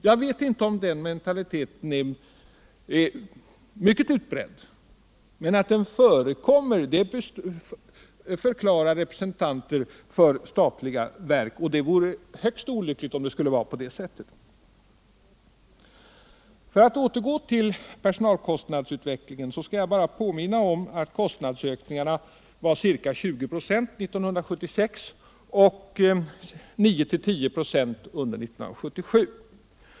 Jag vet inte hur utbredd den mentaliteten är att den förekommer förklarar representanter för statliga verk. För att återgå till personalkostnadsutvecklingen skall jag bara påminna om att kostnadsökningarna var ca 20 ?5 under 1976 och 9-10 "ä under 1977.